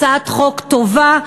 הצעת חוק טובה,